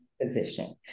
position